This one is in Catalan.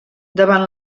davant